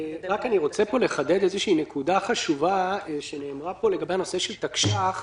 אני רוצה רק לחדד פה נקודה חשובה שנאמרה פה לגבי הנושא של תקש"ח,